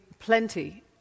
plenty